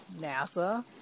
NASA